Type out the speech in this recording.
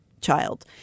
child